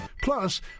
Plus